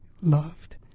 loved